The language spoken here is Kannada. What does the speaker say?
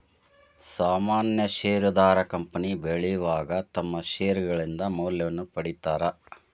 ಸಾಮಾನ್ಯ ಷೇರದಾರ ಕಂಪನಿ ಬೆಳಿವಾಗ ತಮ್ಮ್ ಷೇರ್ಗಳಿಂದ ಮೌಲ್ಯವನ್ನ ಪಡೇತಾರ